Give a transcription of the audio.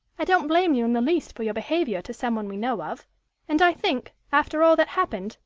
i don't blame you in the least for your behaviour to someone we know of and i think, after all that happened,